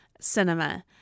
cinema